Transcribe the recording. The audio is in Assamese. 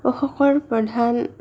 অশোকৰ প্ৰধান